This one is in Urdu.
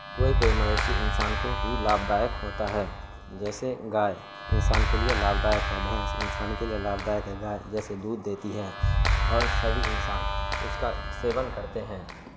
کوئی کوئی مویشی انسان کو بھی لابھ دائک ہوتا ہے جیسے گائے انسان کے لیے لابھ دائک ہے بھینس انسان کے لیے لابھ دائک ہے گائے جیسے دودھ دیتی ہے اور سبھی انسان اس کا سیون کرتے ہیں